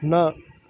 न